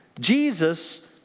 Jesus